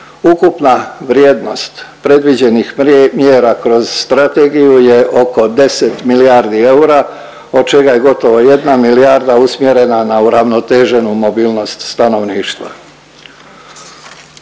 Ukupna vrijednost predviđenih mjera kroz strategiju je oko 10 milijardi eura, od čega je gotovo 1 milijarda usmjerena na uravnoteženu mobilnost stanovništva.